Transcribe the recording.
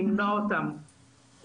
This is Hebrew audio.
נכון שהמוצרים האלה לא יחיו לנצח,